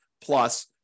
plus